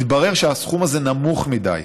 התברר שהסכום הזה נמוך מדי,